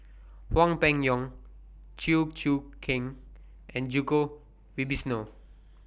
Hwang Peng Yuan Chew Choo Keng and Djoko Wibisono